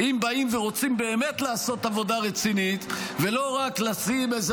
אם באים ורוצים באמת לעשות עבודה רצינית ולא רק לשים איזו